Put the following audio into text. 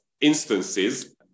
instances